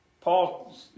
Paul